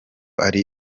ari